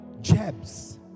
Jabs